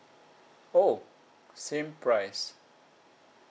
oh same price